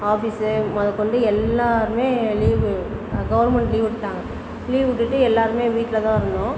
office முத கொண்டு எல்லாருமே லீவு கவர்மெண்ட் லீவ் விட்டுட்டாங்க லீவ் விட்டுட்டு எல்லாருமே வீட்டில் தான் இருந்தோம்